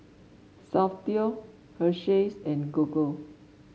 Soundteoh Hersheys and Gogo